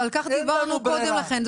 על כך דיברנו קודם לכן,